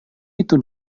itu